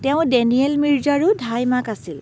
তেওঁঁ Daniel মিৰ্জাৰো ধাই মাক আছিল